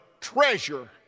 treasure